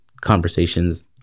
conversations